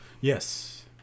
Yes